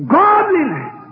godliness